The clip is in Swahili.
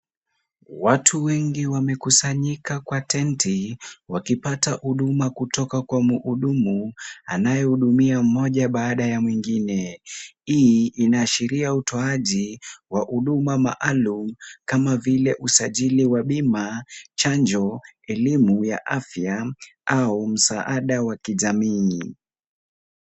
Watu wengi wamekusanyika kwa tenti wakipata huduma kutoka kwa mhudumu anayehudumia mmoja baada ya mwengine. Hii inaashiria utoaji wa huduma maalum kama vile usajili wa bima, chanjo, elimu ya afya au msaada wa kijamii.